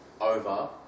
over